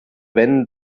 wenn